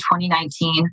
2019